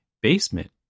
basement